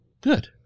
Good